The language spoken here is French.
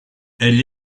elle